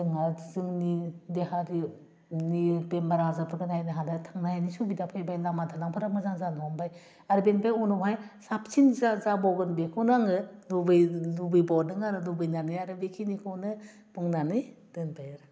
जोंहा जोंनि देहानि बेमार आजारफोर नायनो हानाय थांनायनि सुबिदा फैबाय लामा दालांफोरा मोजां जानो हमबाय आरो बिनिफ्राय उनावहाय साबसिन जाबावगोन बेखौनो आङो लुबै लुबैबावदों आरो लुबैनानै आरो बेखिनिखौनो बुंनानै दोनबाय आरो